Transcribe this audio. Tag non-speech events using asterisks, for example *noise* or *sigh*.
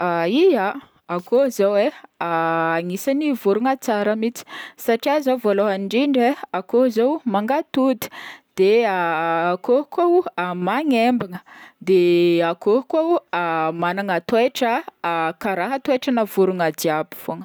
*hesitation* Ya akoho zao agnisan'ny vorogna tsara mihintsy satria zao voalohany indrindra akoho zao mangatody de *hesitation* akoho koa *hesitation* magnembagna de *hesitation* akoho koa *hesitation* magnana toetra karaha toetrana vorogna jiaby fogna.